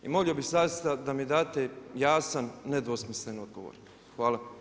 I molio bih zaista da mi date jasan, nedvosmislen odgovor.